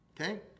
Okay